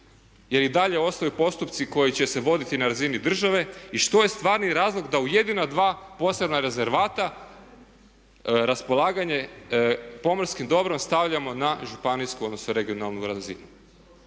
jer i dalje ostaju postupci koji će se voditi na razini države i što je stvarni razlog da u jedina dva posebna rezervata raspolaganje pomorskim dobrom stavljamo na županijsku odnosno regionalnu razinu.